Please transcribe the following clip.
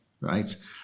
right